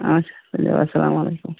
اچھا تُلِو اَسَلام علیکُم